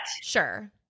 sure